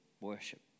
Worship